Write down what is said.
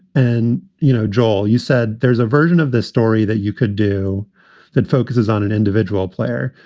and, you know, joel, you said there's a version of this story that you could do that focuses on an individual player,